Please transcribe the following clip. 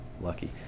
Lucky